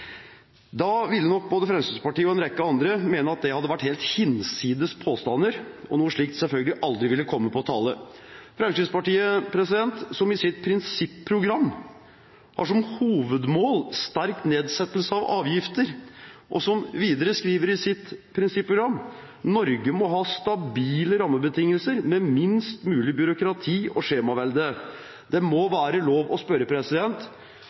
da ville både Fremskrittspartiet og en rekke andre mene at det hadde vært helt hinsides påstander, og at noe slikt selvfølgelig aldri ville komme på tale. Fremskrittspartiet har i sitt prinsipprogram som hovedmål «sterk nedsettelse» av avgifter og skriver videre der at Norge må «ha stabile rammebetingelser med minst mulig byråkrati og skjemavelde». Det må være lov å spørre: